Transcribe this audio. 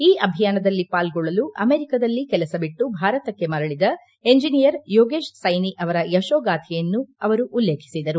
ಈ ಅಭೀಯಾನದಲ್ಲಿ ಪಾಲ್ಗೊಳ್ಳಲು ಅಮೆರಿಕದಲ್ಲಿ ಕೆಲಸ ಬಿಟ್ಟು ಭಾರತಕ್ಕೆ ಮರಳದ ಇಂಜಿನಿಯರ್ ಯೋಗೇಶ್ ಸೈನಿ ಅವರ ಯಶೋಗಾಥೆಯನ್ನು ಅವರು ಉಲ್ಲೇಖಿಸಿದರು